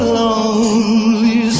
lonely